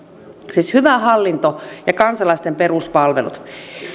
siis hyvä hallinto ja kansalaisten peruspalvelut